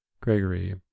Gregory